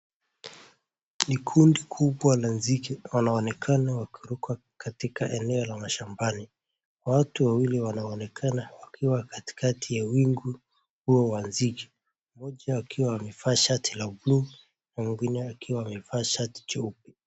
Ni kundi kubwa la nzige wanaonekana wakiruka akatika eneo la mashambani. Watu wawili wanaonekana wakiwa katikati ya wingu kubwa huo wa nzinge mmoja akiwa amevaa shati la buluu mwingine akiwa amevaa shati jeupe.